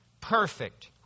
perfect